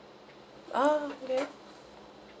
ah okay